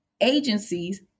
agencies